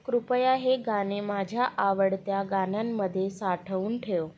कृपया हे गाणे माझ्या आवडत्या गाण्यांमध्ये साठवून ठेव